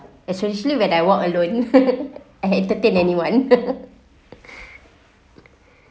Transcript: especially when I walk alone and entertain anyone